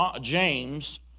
James